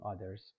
others